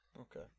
Okay